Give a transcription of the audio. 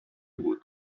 بود